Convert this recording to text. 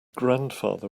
grandfather